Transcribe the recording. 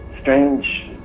strange